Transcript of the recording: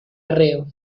arreo